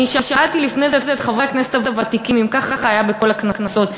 אני שאלתי לפני זה את חברי הכנסת הוותיקים אם ככה היה בכל הכנסות,